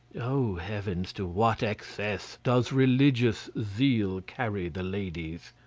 oh, heavens! to what excess does religious zeal carry the ladies.